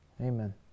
Amen